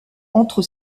entre